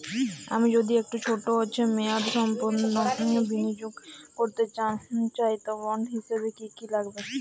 আমি যদি একটু ছোট মেয়াদসম্পন্ন বিনিয়োগ করতে চাই বন্ড হিসেবে কী কী লাগবে?